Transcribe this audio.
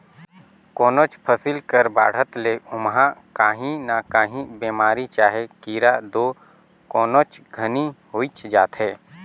कोनोच फसिल कर बाढ़त ले ओमहा काही न काही बेमारी चहे कीरा दो कोनोच घनी होइच जाथे